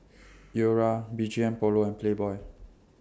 Lora B G M Polo and Playboy